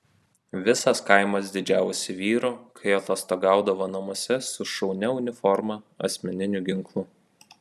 visas kaimas didžiavosi vyru kai atostogaudavo namuose su šaunia uniforma asmeniniu ginklu